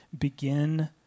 begin